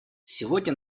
сегодня